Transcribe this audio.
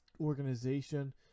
organization